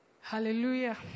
Hallelujah